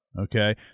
okay